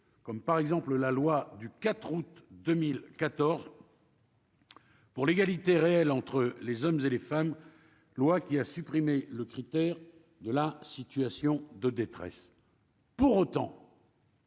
comme par exemple la loi du 4 août 2014. Pour l'égalité réelle entre les hommes et les femmes, loi qui a supprimé le critère de la situation de détresse. Pour autant.